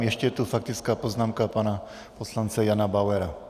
Ještě je tu faktická poznámka pana poslance Jana Bauera.